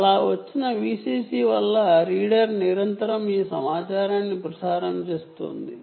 అలా వచ్చిన Vcc వలన రీడర్ నిరంతరం ఈ సమాచారాన్ని ప్రసారం చేస్తుంది